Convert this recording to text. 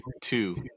two